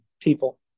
people